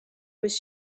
was